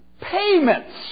payments